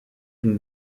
une